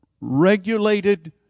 regulated